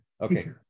Okay